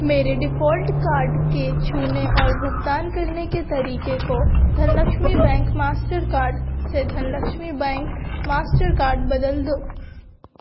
मेरे default card के छूने और भुगतान करने के तरीके को धनलक्ष्मी बैंक मास्टरकार्ड से धनलक्ष्मी बैंक मास्टरकार्ड बदल दो